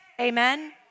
Amen